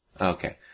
okay